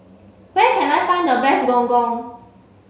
where can I find the best gong gong